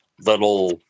little